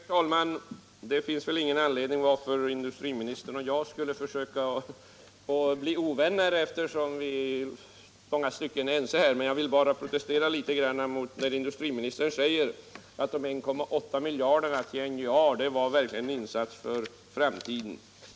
Herr talman! Det finns väl ingen anledning för industriministern och mig att försöka bli ovänner, eftersom vi i långa stycken är ense här. Jag vill bara protestera litet mot industriministern när han säger att de 1,8 miljarderna till NJA var en insats för framtiden.